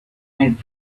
and